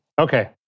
Okay